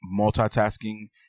multitasking